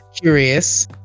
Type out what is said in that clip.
curious